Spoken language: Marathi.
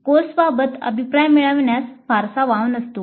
कोर्सबाबत अभिप्राय मिळविण्यास फारसा वाव नसतो